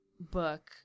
book